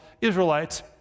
Israelites